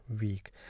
Week